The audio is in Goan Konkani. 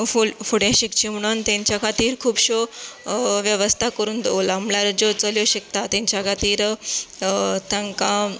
फूल फुडें शिकचें म्हणून तांच्या खातीर खुबश्यो वेवस्था करून दवरल्ला म्हणल्यार ज्यो चलयो शिकता तांच्या खातीर तांकां